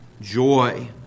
Joy